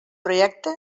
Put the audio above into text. projecte